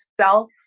self